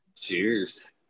Cheers